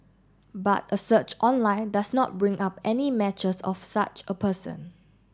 but a search online does not bring up any matches of such a person